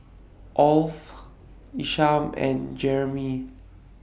of Isham and Jerimy